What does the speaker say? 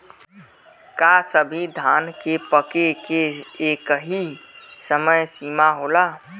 का सभी धान के पके के एकही समय सीमा होला?